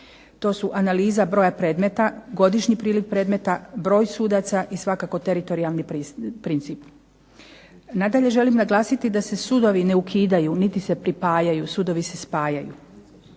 To su analiza broja predmeta, godišnji priliv predmeta, broj sudaca i svakako teritorijalni princip. Nadalje, želim naglasiti da se sudovi ne ukidaju niti se pripadaju, sudovi se spajaju